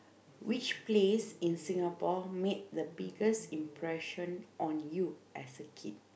which place in Singapore made the biggest impression on you as a kid